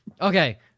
Okay